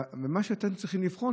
מה שאתם צריכים לבחון,